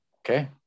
Okay